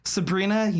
Sabrina